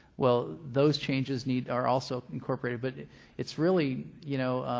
well, those changes need are also incorporated but it's really you know,